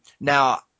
now